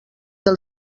del